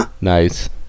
Nice